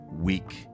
weak